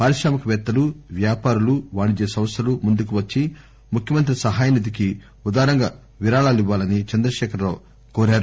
పారిశ్రామిక పేత్తలు వ్యాపారులు వాణిజ్య సంస్థలు ముందుకు వచ్చి ముఖ్యమంత్రి సహాయ నిధికి ఉదారంగా విరాళాలు ఇవ్వాలని ముఖ్యమంత్రి కోరారు